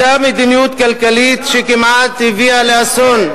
אותה מדיניות כלכלית שכמעט הביאה לאסון.